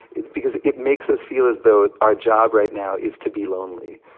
it's because it makes us feel as though our job right now is to be lonely.